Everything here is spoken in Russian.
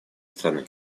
страны